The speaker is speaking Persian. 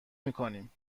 میکنیم